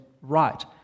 right